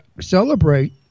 celebrate